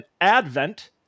Advent